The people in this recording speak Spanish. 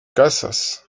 casas